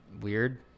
weird